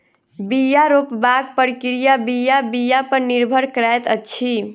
बीया रोपबाक प्रक्रिया बीया बीया पर निर्भर करैत अछि